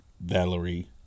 Valerie